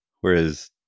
Whereas